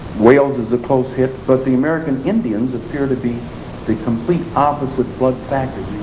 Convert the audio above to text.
wales is a close hit. but the american indians appear to be the complete opposite blood factor,